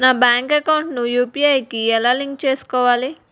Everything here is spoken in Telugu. నా బ్యాంక్ అకౌంట్ ని యు.పి.ఐ కి ఎలా లింక్ చేసుకోవాలి?